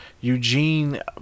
Eugene